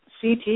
CT